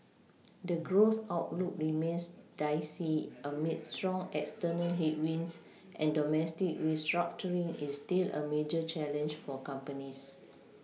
the growth outlook remains dicey amid strong external headwinds and domestic restructuring is still a major challenge for companies